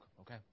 Okay